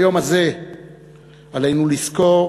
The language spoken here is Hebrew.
ביום הזה עלינו לזכור